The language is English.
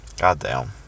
Goddamn